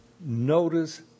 notice